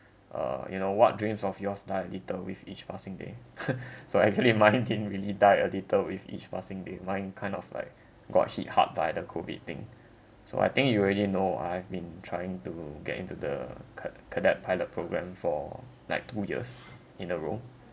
uh you know what dreams of yours die a little with each passing day so actually mine didn't really died a little with each passing day mine kind of like got hit hard by the COVID thing so I think you already know I've been trying to get into the ca~ cadet pilot programme for like two years in a row